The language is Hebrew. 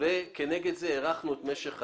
וכנגד זה הארכנו את משך העסק,